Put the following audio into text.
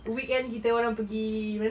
weekend kita orang pergi mana